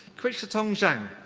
qiuxiaotong zhang.